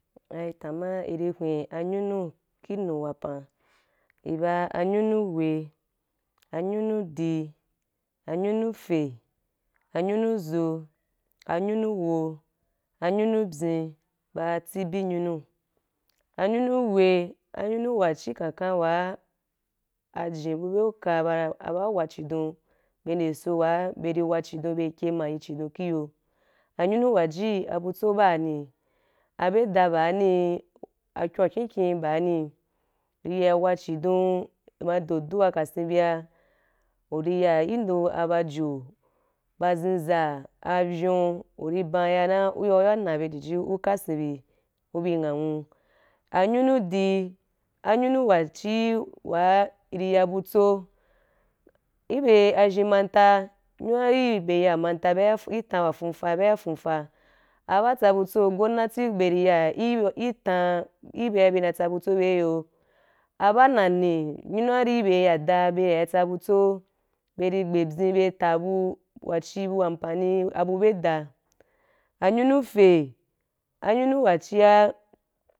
I di hwen anyunu kinu wapan i ba anyunu we, angunu dí, angunu fe, anyunu zo, anyunu wo, anyunu byen ba tsibi nyunu anyunu we anyunu wa chí kenkan wa ajen bu bye uka bara a ba wa chidon be nde so wa bye ri wa chídon bye ri ke ma yi chidon ki yo anyunu wa ji a butso ba ní a bye da baní ah a kyon wa kínkín baní i ri ya wa chidon i ma do duwa ka sen bia u ri ya i ndo ba jo, ba zin za, avyou u ri bam ya na u ya na be ji ji u ka sen bí u bí nghan nwu anyunu di anyunu wa chi wa i di ya butso i bye azhen manta nyunua yi bye ya i manta be ya fun i tam wa fuufa bye ya fuufa a ba tsa butso gonati be ri ya i, i tan i byea be na tsa butso be í yo a ba nani nyunu wa ri be rí ya da be ya í tsa butso be ri gbe pyin be i ta abu wa dí bu ann pani abu bye da amyunu fe anyunu wa chía.